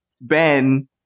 Ben